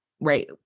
right